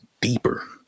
deeper